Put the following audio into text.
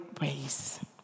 ways